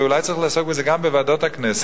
ואולי צריך לעסוק בזה גם בוועדות הכנסת,